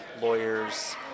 lawyers